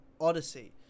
Odyssey